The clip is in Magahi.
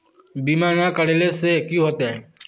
बीमा ना करेला से की होते?